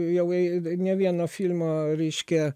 jau ne vieno filmo reiškia